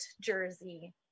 jersey